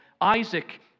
Isaac